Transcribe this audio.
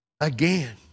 again